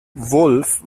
wolf